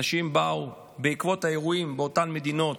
אנשים באו בעקבות האירועים מאותן מדינות,